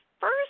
first